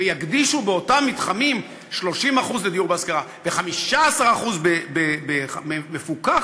ויקדישו באותם מתחמים 30% לדיור להשכרה ו-15% למחיר מפוקח,